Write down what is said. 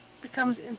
becomes